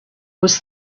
was